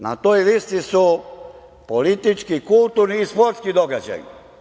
Na toj listi su politički, kulturni i sportski događaji.